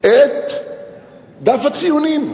את דף הציונים.